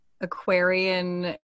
Aquarian